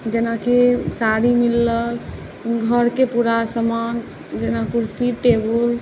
जेनाकि साड़ी मिलल घरके पूरा समान जेना कुरसी टेबुल